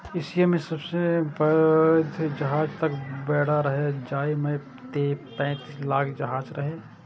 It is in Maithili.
एशिया मे सबसं पैघ जहाजक बेड़ा रहै, जाहि मे पैंतीस लाख जहाज रहै